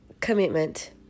commitment